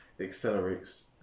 accelerates